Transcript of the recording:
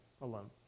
alone